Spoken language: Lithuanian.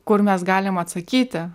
kur mes galim atsakyti